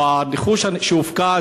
או הרכוש שהופקע,